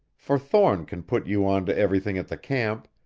for thorne can put you on to everything at the camp,